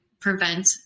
prevent